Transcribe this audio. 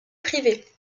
privée